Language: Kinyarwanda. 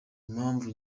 mpamvu